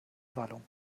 wallung